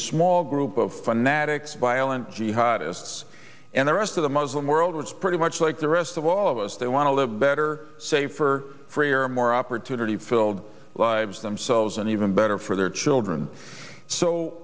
small group of fanatics violent jihad as and the rest of the muslim world which pretty much like the rest of all of us they want to live better safer freer more opportunity filled lives themselves and even better for their children so